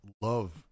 love